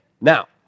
Now